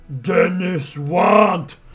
Dennis-want